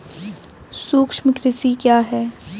सूक्ष्म कृषि क्या है?